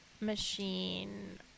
Machine